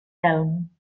telm